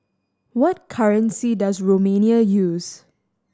what currency does Romania use